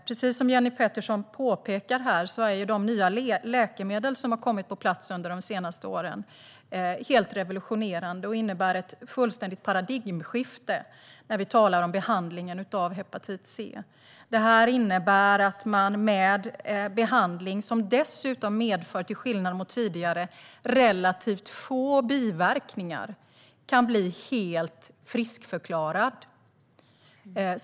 Precis som Jenny Petersson påpekar är de nya läkemedel som har kommit under de senaste åren helt revolutionerande och innebär ett fullständigt paradigmskifte när det gäller behandlingen av hepatit C. Det här innebär att man med behandling, som dessutom till skillnad mot tidigare medför relativt få biverkningar, kan bli helt friskförklarad.